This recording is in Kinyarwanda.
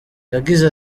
yagize